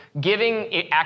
giving